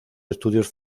estudios